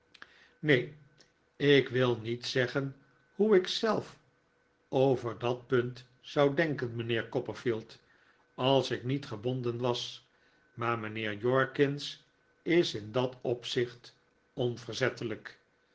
neen ik wil niet zeggen hoe ik zelf over dat punt zou denken mijnheer copperfield als ik niet gebonden was maar mijnheer jorkins is in dat opzicht onverzettelijk